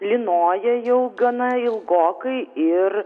lynoja jau gana ilgokai ir